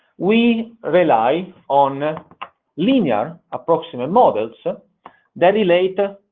we rely on linear approximate models that relate, ah